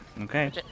Okay